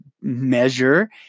measure